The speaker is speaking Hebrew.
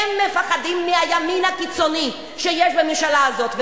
הם מפחדים מהימין הקיצוני שיש בממשלה הזאת,